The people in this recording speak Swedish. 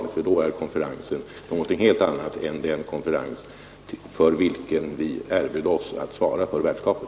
Det skulle då vara fråga om något helt annat än den konferens för vilken vi erbjöd oss att svara för värdskapet.